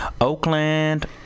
Oakland